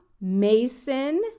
Mason